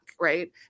right